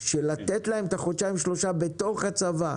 של לתת להם את החודשיים-שלושה בתוך הצבא?